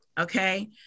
Okay